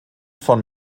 von